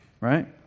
Right